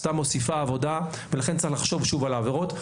סתם מוסיפה עבודה ולכן צריך לחשוב שוב על העבירות.